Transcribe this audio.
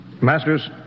Masters